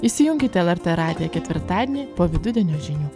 įsijunkite lrt radiją ketvirtadienį po vidudienio žinių